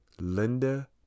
Linda